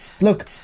Look